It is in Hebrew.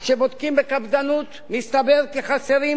אך כשבודקים בקפדנות מסתבר כי חסרות